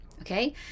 okay